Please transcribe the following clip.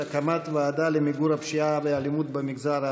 על הקמת ועדה למיגור הפשיעה והאלימות במגזר הערבי.